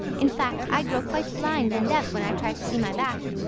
in fact, i grow quite blind and deaf when i try to see my back.